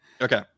Okay